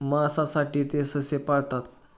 मांसासाठी ते ससे पाळतात